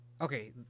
okay